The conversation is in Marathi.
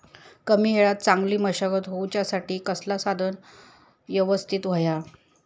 कमी वेळात चांगली मशागत होऊच्यासाठी कसला साधन यवस्तित होया?